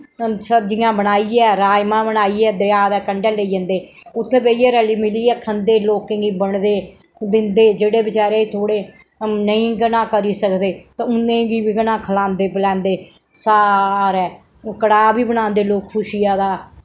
सब्जियां बनाइयै राजमांह् बनाइयै दरेआ दे कंढै लेई जंदे उत्थै बेहियै रली मिलियै खंदे लोकें गी बंडदे दिंदे जेह्ड़े बचारे थोह्ड़े नेईं गना करी सकदे ते उ'नें गी केह् नां खलांदे पलांदे सारे ओह् कड़ाह् बी बनांदे लोक खुशियां दा